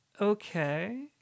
okay